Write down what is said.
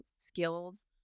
skills